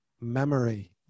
memory